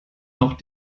noch